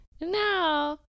Now